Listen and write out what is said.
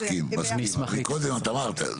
מסכים, מקודם את אמרת.